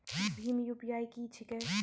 भीम UPI की छीके?